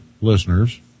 listeners